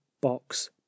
Box